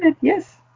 yes